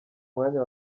mwanya